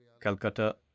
Calcutta